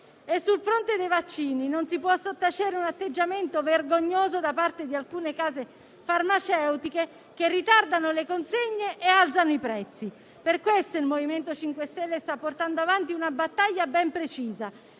Sul fronte dei vaccini non si può sottacere un atteggiamento vergognoso da parte di alcune case farmaceutiche che ritardano le consegne e alzano i prezzi. Per questo il MoVimento 5 Stelle sta portando avanti una battaglia ben precisa.